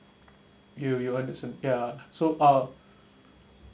you you understand ya so uh